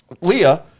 Leah